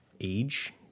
age